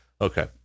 Okay